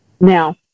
Now